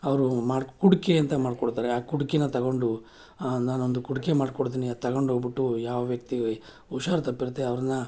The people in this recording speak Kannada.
ಅವರು ಮಡ್ಕೆ ಕುಡಿಕೆ ಅಂತ ಮಾಡ್ಕೊಡ್ತಾರೆ ಆ ಕುಡ್ಕೆನ ತಗೊಂಡು ನಾನೊಂದು ಕುಡಿಕೆ ಮಾಡ್ಕೊಡ್ತೀನಿ ಅದು ತಗೊಂಡು ಹೋಗ್ಬಿಟ್ಟು ಯಾವ ವ್ಯಕ್ತಿ ಹುಷಾರು ತಪ್ಪಿರುತ್ತೆ ಅವ್ರನ್ನ